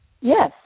Yes